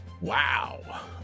Wow